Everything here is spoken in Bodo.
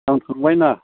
आं थांबायना